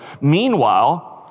meanwhile